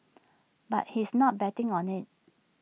but he's not betting on IT